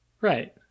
Right